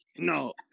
No